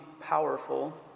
powerful